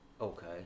okay